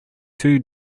two